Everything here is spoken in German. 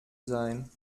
sein